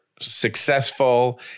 successful